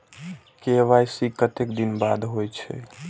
KYC कतेक दिन बाद होई छै?